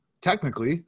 Technically